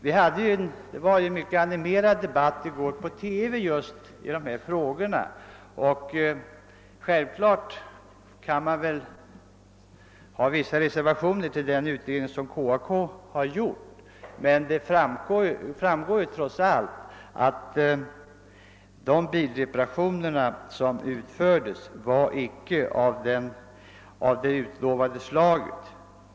Det var i går en mycket animerad debatt i TV om just dessa frågor. Självfallet kan man göra vissa reservationer beträffande KAK:s utredning, men trots allt framgår det att de utförda bilreparationerna icke var av det utlovade slaget.